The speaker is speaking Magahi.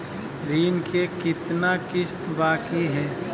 ऋण के कितना किस्त बाकी है?